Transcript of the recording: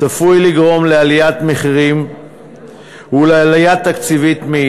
צפוי לגרום לעליית מחירים ולעלייה תקציבית.